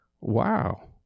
wow